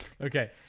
Okay